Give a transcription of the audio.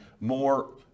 more